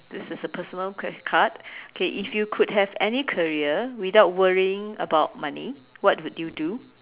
this is a personal que~ card okay if you could have any career without worrying about money what would you do